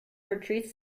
retreats